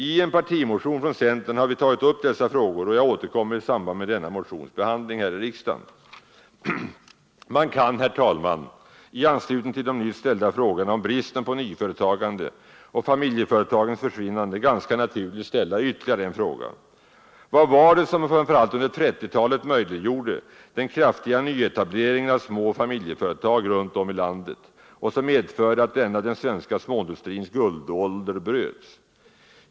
I en partimotion från centern har vi tagit upp dessa frågor, och jag återkommer i samband med denna motions behandling här i riksdagen. Man kan, herr talman, i anslutning till de nyss ställda frågorna om bristen på nyföretagande och familjeföretagens försvinnande ganska naturligt ställa ytterligare en fråga. Vad var det som under framför allt 1930-talet möjliggjorde den kraftiga nyetableringen av små familjeföretag runt om i landet, och som medförde att denna den svenska småindustrins guldålder inbröt?